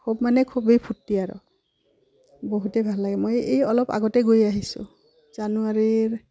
খুব মানে খুবেই ফূৰ্তি আৰু বহুতেই ভাল লাগে মই এই অলপ আগতে গৈ আহিছোঁ জানুৱাৰীৰ